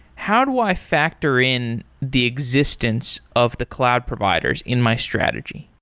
how do i factor in the existence of the cloud providers in my strategy?